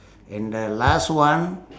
and the last one